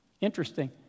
Interesting